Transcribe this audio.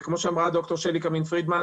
וכמו שאמרה ד"ר שלי קמין-פרידמן,